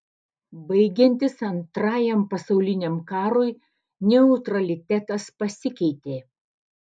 baigiantis antrajam pasauliniam karui neutralitetas pasikeitė